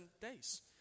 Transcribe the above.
days